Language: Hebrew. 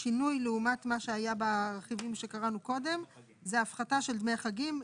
השינוי לעומת מה שהיה ברכיבים שקראנו קודם זה ההפחתה של דמי חגים.